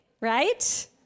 right